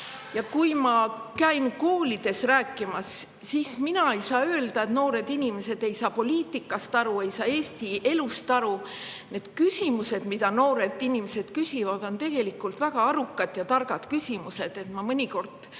Ma käin rääkimas koolides. Mina küll ei saa öelda, et noored inimesed ei saa poliitikast aru, ei saa Eesti elust aru. Need küsimused, mida noored inimesed küsivad, on tegelikult väga arukad ja targad küsimused. Ma mõnikord